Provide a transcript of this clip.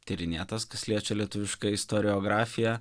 tyrinėtas kas liečia lietuvišką istoriografiją